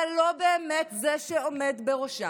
אתה לא באמת זה שעומד בראשה.